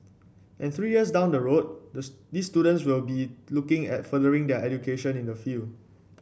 and three years down the road the these students will be looking at furthering their education in the field